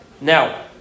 Now